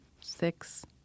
Six